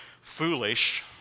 foolish